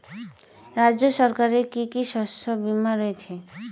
রাজ্য সরকারের কি কি শস্য বিমা রয়েছে?